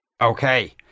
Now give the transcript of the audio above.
Okay